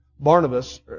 Barnabas